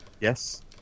yes